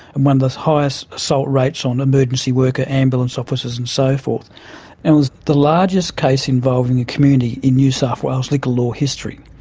and one of the highest assault rates on emergency worker ambulance officers and so forth. and it was the largest case involving a community in new south wales' legal law history.